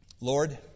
Lord